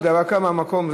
דקה מהמקום.